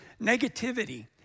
negativity